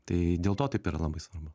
tai dėl to taip yra labai svarbu